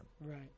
right